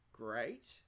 great